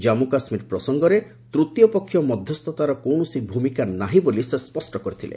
ଜାମ୍ମୁ କାଶ୍ୱୀର ପ୍ରସଙ୍ଗରେ ତୃତୀୟ ପକ୍ଷ ମଧ୍ୟସ୍ଥତାର କୌଣସି ଭୂମିକା ନାହିଁ ବୋଲି ସେ ସ୍ୱଷ୍ଟ କରିଥିଲେ